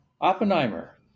Oppenheimer